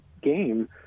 game